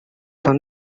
from